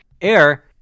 Air